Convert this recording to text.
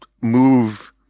move